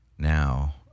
now